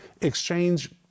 exchange